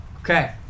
Okay